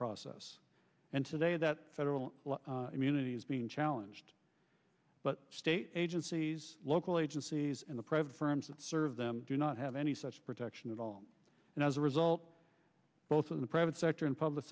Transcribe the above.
process and today that federal immunity is being challenged but state agencies local agencies and the private firms that serve them do not have any such protection at all and as a result both in the private sector and public